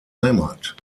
heimat